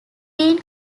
been